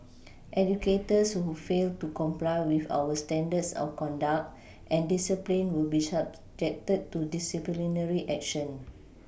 educators who fail to comply with our standards of conduct and discipline will be subjected to disciplinary action